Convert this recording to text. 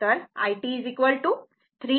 तर it 3 2